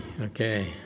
Okay